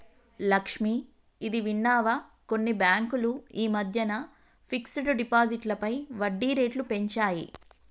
లక్ష్మి, ఇది విన్నావా కొన్ని బ్యాంకులు ఈ మధ్యన ఫిక్స్డ్ డిపాజిట్లపై వడ్డీ రేట్లు పెంచాయి